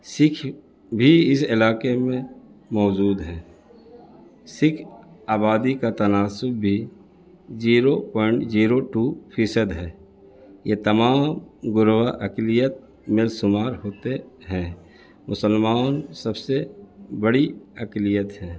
سکھ بھی اس علاقے میں موجود ہیں سکھ آبادی کا تناسب بھی زیرو پوائنٹ زیرو ٹو فیصد ہے یہ تمام اقلیت مل شمار ہوتے ہیں مسلمان سب سے بڑی اقلیت ہیں